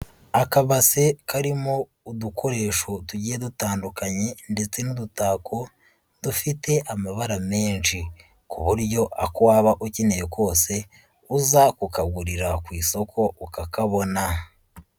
Akabase karimo udukoresho tugiye dutandukanye ndetse n'udutako dufite amabara menshi ku buryo ako waba ukeneye kose uza kukagurira ku isoko ukakabona.